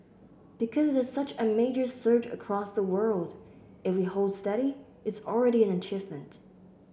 because there's such a major surge across the world if we hold steady it's already an achievement